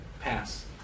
pass